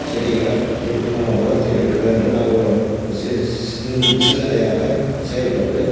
செடிகளை எப்படி நம்ம வளர்த்து எடுக்கிறதுன்ற நாங்கள் ஒரு சி சிந் சிந்தனையாக செயல்பட்டு